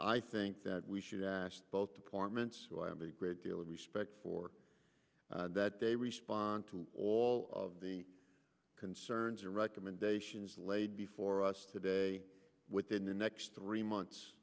i think that we should ask both departments who i am a great deal of respect for that they respond to all of the concerns or recommendations laid before us today within the next three months